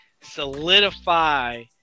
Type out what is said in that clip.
solidify